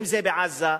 אם בעזה,